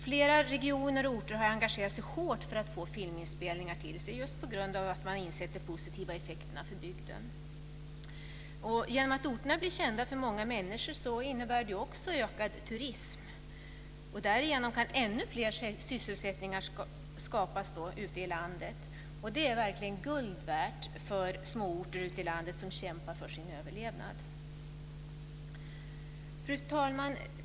Flera regioner och orter har engagerat sig hårt för att få filminspelningar till sig just på grund av att man har insett de positiva effekterna för bygden. Genom att orterna blir kända för många människor ökar också turismen. Därigenom kan ännu mer sysselsättning skapas ute i landet, och det är verkligen guld värt för små orter som kämpar för sin överlevnad. Fru talman!